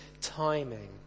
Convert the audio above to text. timing